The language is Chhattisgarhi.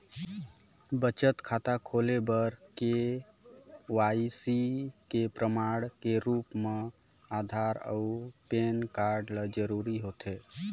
बचत खाता खोले बर के.वाइ.सी के प्रमाण के रूप म आधार अऊ पैन कार्ड ल जरूरी होथे